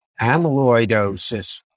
amyloidosis